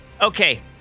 Okay